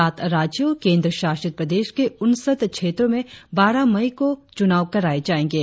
सात राज्यों और केंद्र शासित प्रदेश के उनसठ क्षेत्रों में बारह मई को चुनाव कराये जाएंगे